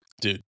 Dude